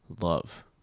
love